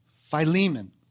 Philemon